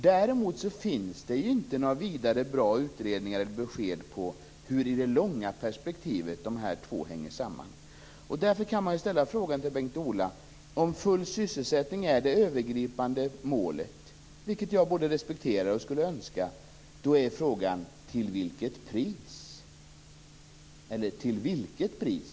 Däremot finns det inte några vidare bra utredningar eller besked på hur de här två hänger samman i det långa perspektivet. Om full sysselsättning är det övergripande målet, vilket jag både respekterar och skulle önska, vill jag fråga Bengt-Ola: till vilket pris?